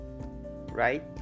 right